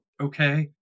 Okay